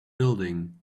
building